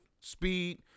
speed